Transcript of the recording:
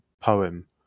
poem